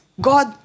God